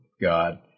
God